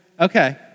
Okay